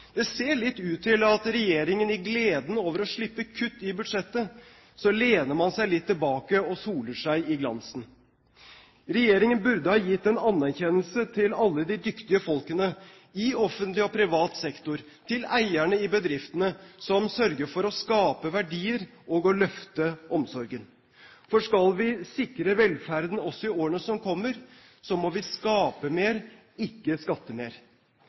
Det ser litt ut til at regjeringen i gleden over å slippe kutt i budsjettet lener seg litt tilbake og soler seg i glansen. Regjeringen burde ha gitt en anerkjennelse til alle de dyktige folkene i offentlig og privat sektor, til eierne i bedriftene som sørger for å skape verdier og å løfte omsorgen. For skal vi sikre velferden også i årene som kommer, må vi skape mer, ikke skatte mer.